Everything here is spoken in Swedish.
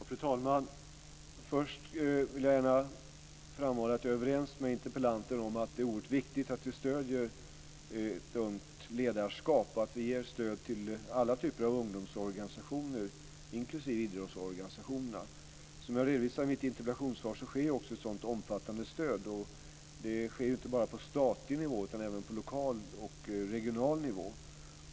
Fru talman! Först vill jag gärna framhålla att jag är överens med interpellanten om att det är oerhört viktigt att vi stöder ungt ledarskap och att vi ger stöd till alla typer av ungdomsorganisationer, inklusive idrottsorganisationerna. Som jag redovisar i mitt interpellationssvar sker ett sådant omfattande stöd, och då inte bara på statlig nivå utan också på lokal och regional nivå.